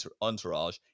entourage